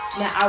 now